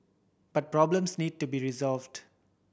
but problems need to be resolved